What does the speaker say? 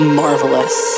marvelous